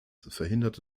verhindert